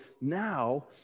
now